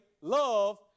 love